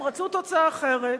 הם רצו תוצאה אחרת.